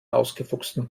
ausgefuchsten